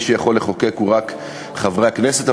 מי שיכול לחוקק זה רק חברי הכנסת.